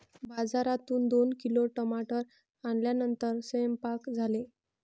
बाजारातून दोन किलो टमाटर आणल्यानंतर सेवन्पाक झाले